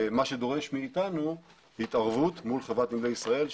מה שדורש מאיתנו התערבות מול חברת נמלי ישראל,